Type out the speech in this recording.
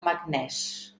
meknès